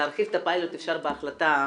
להרחיב את הפיילוט אפשר בהחלטה מיידית.